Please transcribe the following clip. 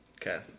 Okay